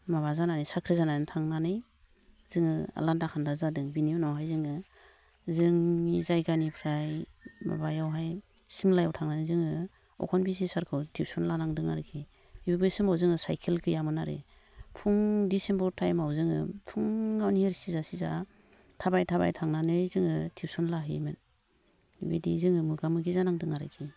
माबा जानानै साख्रि जानानै थांनानै जोङो लान्दा खान्दा जादों बिनि उनावहाय जोङो जोंनि जायगानिफ्राय माबायावहाय सिमलायाव थांनानै जोङो अखन बिसि सारखौ टिउसन लानांदों आरोखि बै समाव जोङो साइकेल गैयामोन आरो फुं डिसेम्बर टाइमाव जोङो फुङाव निहिर सिजा सिजा थाबाय थाबाय थांनानै जोङो टिउसन लाहैयोमोन बिदि जोङो मोगा मोगि जानांदों आरोखि